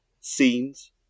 scenes